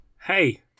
hey